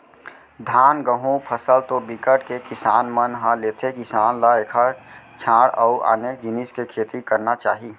धान, गहूँ फसल तो बिकट के किसान मन ह लेथे किसान ल एखर छांड़ अउ आने जिनिस के खेती करना चाही